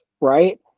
Right